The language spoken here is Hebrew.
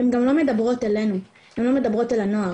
הן גם לא מדברות אלינו, הן לא מדברות אל הנוער.